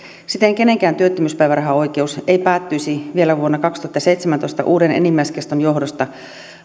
siten kenenkään työttömyyspäivärahaoikeus ei päättyisi vielä vuonna kaksituhattaseitsemäntoista uuden enimmäiskeston johdosta